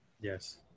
Yes